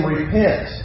Repent